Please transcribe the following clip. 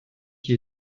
qui